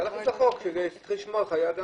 להכניס לחוק שצריך לשמור על חיי אדם.